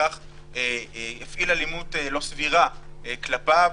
ולפיכך הפעיל אלימות לא סבירה כלפיו.